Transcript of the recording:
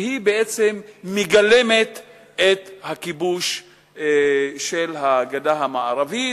שהיא בעצם מגלמת את הכיבוש של הגדה המערבית.